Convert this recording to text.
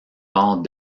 ports